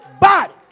body